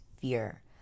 fear